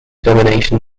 domination